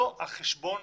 לא על חשבון